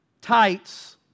tights